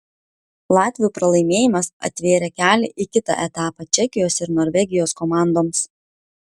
latvių pralaimėjimas atvėrė kelią į kitą etapą čekijos ir norvegijos komandoms